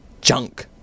junk